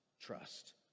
trust